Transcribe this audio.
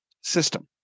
system